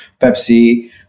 Pepsi